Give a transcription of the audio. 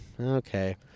okay